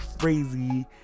crazy